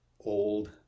old